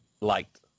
liked